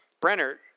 Brenner